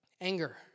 Anger